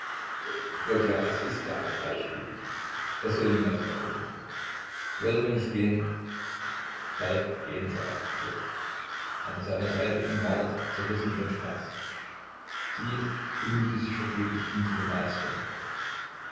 gott ja es ist auch gleichgültig es soll niemals mehr vorkommen wollen wir nicht gehen falk gähnte affektiert an seiner seite ging marit zerrissen von schmerz sie bemühte sich vergeblich ihn zu bemeistern